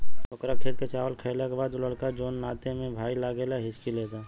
ओकर खेत के चावल खैला के बाद उ लड़का जोन नाते में भाई लागेला हिच्की लेता